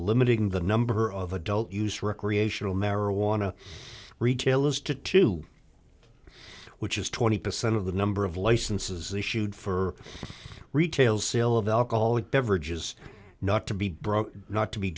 limiting the number of adult use recreational marijuana retailers to two which is twenty percent of the number of licenses issued for retail sale of alcoholic beverages not to be brought not to be